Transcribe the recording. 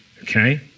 okay